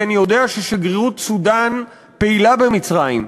כי אני יודע ששגרירות סודאן פעילה במצרים,